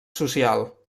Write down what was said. social